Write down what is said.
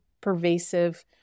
pervasive